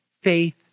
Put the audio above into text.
Faith